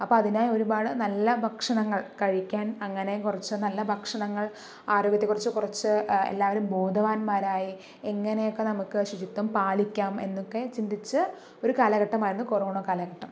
അപ്പോ അതിനായി ഒരുപാട് നല്ല ഭക്ഷണങ്ങൾ കഴിക്കാൻ അങ്ങനെ കുറച്ച് നല്ല ഭക്ഷണങ്ങൾ ആരോഗ്യത്തെ കുറിച്ച് എല്ലാവരും ബോധവാന്മാരായി എങ്ങനെയൊക്കെ നമുക്ക് ശുചിത്വം പാലിക്കാം എന്നൊക്കെ ചിന്തിച്ച് ഒരു കാലഘട്ടമായിരുന്നു കൊറോണ കാലഘട്ടം